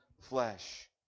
flesh